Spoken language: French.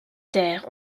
terres